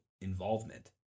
involvement